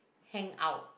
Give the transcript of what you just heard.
hang out